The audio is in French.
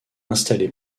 installée